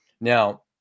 Now